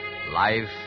Life